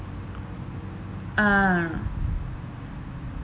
ah